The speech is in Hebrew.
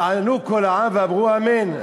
וענו כל העם ואמרו אמן.